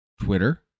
twitter